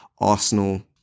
Arsenal